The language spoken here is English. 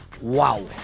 Wow